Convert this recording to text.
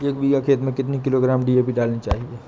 एक बीघा खेत में कितनी किलोग्राम डी.ए.पी डालनी चाहिए?